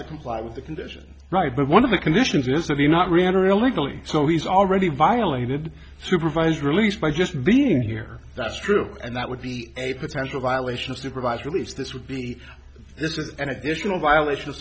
to comply with the condition right but one of the conditions is that the real not enter illegally so he's already violated supervised release by just being here that's true and that would be a potential violation of supervised release this would be this is an additional violation of